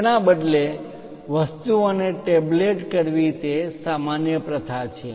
તેના બદલે વસ્તુઓને ટેબલેટ કરવી એ સામાન્ય પ્રથા છે